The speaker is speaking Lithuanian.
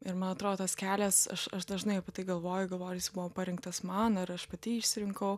ir man atrodo tas kelias aš aš dažnai apie tai galvoju galvoju ar jis buvo parinktas man ar aš pati jį išsirinkau